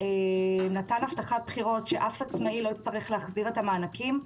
שנתן הבטחת בחירות שאף עצמאי לא יצטרך להחזיר את המענקים.